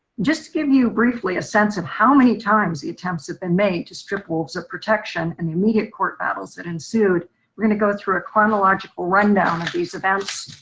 just to give you briefly a sense of how many times the attempts have been made to strip wolves of protection and the immediate court battles that ensued we're gonna go through a chronological rundown of these events.